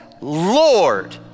Lord